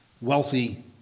wealthy